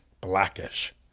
Blackish